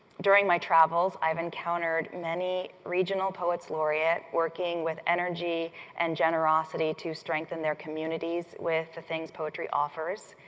during my travels, i've encountered many regional poets laureate working with energy and generosity to strengthen their communities with the things poetry offers.